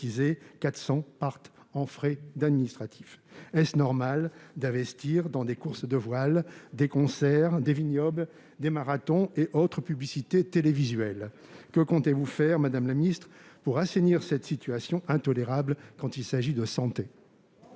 400 partent en frais administratifs. Est-ce normal d'investir dans des courses de voile, dans des concerts, des vignobles, des marathons et autres publicités télévisuelles ? Que comptez-vous faire, madame la ministre, pour assainir cette situation, intolérable quand il s'agit de santé ?